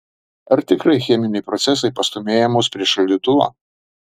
ar tikrai cheminiai procesai pastūmėja mus prie šaldytuvo